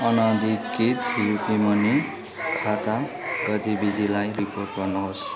अनाधिकृत् युपे मनी खाता गतिविधिलाई रिपोर्ट गर्नुहोस्